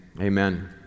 amen